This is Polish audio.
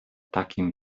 takim